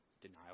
Denial